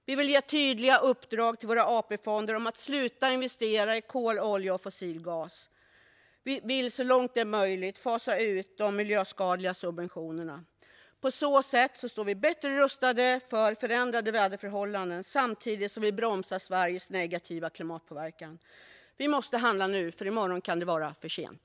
Vi vill ge tydliga uppdrag till våra AP-fonder att sluta investera i kol, olja och fossil gas. Vi vill så långt som möjligt fasa ut de miljöskadliga subventionerna. På så sätt står vi bättre rustade för förändrade väderförhållanden samtidigt som vi bromsar Sveriges negativa klimatpåverkan. Vi måste handla nu, för i morgon kan det vara för sent.